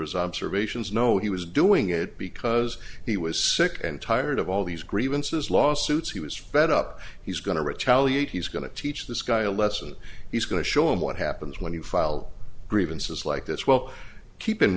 his observations no he was doing it because he was sick and tired of all these grievances lawsuits he was fed up he's going to retaliate he's going to teach this guy a lesson he's going to show him what happens when you file grievances like this well keep in